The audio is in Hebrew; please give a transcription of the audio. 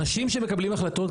אנשים שמקבלים החלטות,